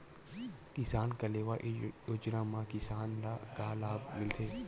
किसान कलेवा योजना म किसान ल का लाभ मिलथे?